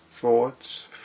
thoughts